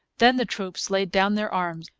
then the troops laid down their arms,